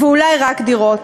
ואולי רק דירות.